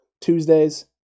Tuesdays